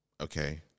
Okay